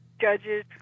Judges